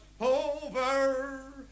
over